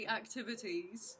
activities